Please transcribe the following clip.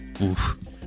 oof